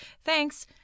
Thanks